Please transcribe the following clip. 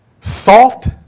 Soft